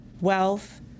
wealth